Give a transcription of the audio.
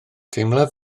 teimlaf